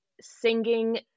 singing